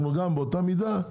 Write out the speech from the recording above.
באותה מידה,